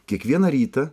kiekvieną rytą